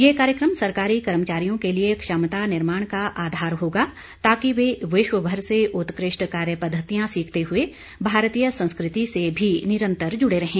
यह कार्यक्रम सरकारी कर्मचारियों के लिए क्षमता निर्माण का आधार होगा ताकि वे विश्वभर से उत्कृष्ट कार्य पद्वतियां सीखते हुए भारतीय संस्कृति से भी निरंतर जुड़े रहें